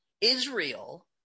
Israel